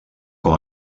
com